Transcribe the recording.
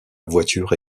voiture